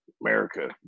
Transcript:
America